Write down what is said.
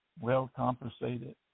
well-compensated